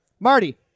Marty